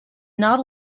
not